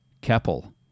Keppel